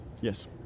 Yes